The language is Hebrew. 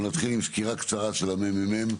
אנחנו נתחיל עם סקירה קצרה של הממ"מ.